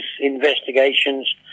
investigations